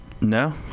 no